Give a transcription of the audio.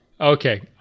Okay